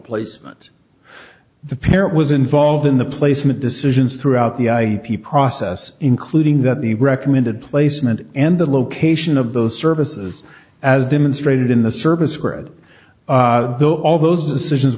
placement the parent was involved in the placement decisions throughout the i p process including that the recommended placement and the location of those services as demonstrated in the service record though all those decisions